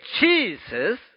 Jesus